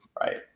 right